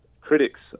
critics